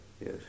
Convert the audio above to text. yes